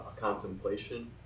contemplation